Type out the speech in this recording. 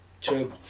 true